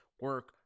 Work